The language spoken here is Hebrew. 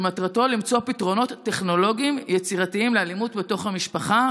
שמטרתו למצוא פתרונות טכנולוגיים יצירתיים לאלימות בתוך המשפחה,